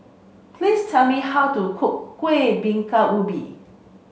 please tell me how to cook Kuih Bingka Ubi